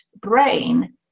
brain